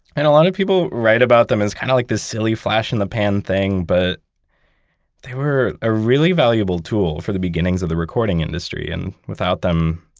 and a lot of people write about them as kind of like this silly, flash in the pan thing, but they were a really valuable tool for the beginnings of the recording industry. and without them,